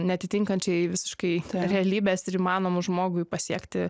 neatitinkančiai visiškai realybės ir įmanomų žmogui pasiekti